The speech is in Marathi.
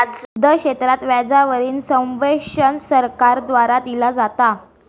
दुग्ध क्षेत्रात व्याजा वरील सब्वेंशन सरकार द्वारा दिला जाता